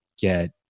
get